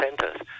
centers